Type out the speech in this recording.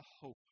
hope